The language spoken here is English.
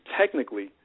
technically